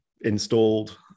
installed